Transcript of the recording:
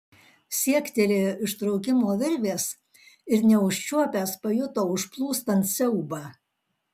siektelėjo ištraukimo virvės ir neužčiuopęs pajuto užplūstant siaubą